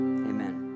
Amen